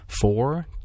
four